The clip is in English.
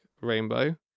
Rainbow